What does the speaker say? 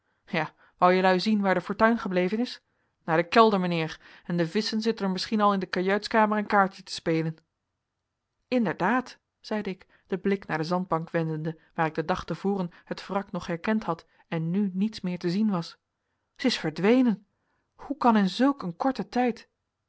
ja wou jelui zien waar de fortuin gebleven is naar den kelder mijnheer en de visschen zitten er misschien al in de kajuitskamer een kaartje te spelen inderdaad zeide ik den blik naar de zandbank wendende waar ik den dag te voren het wrak nog herkend had en nu niets meer te zien was zij is verdwenen hoe kan in zulk een korten tijd